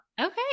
Okay